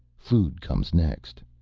food comes next.